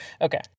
Okay